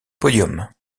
podium